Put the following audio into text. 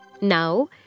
Now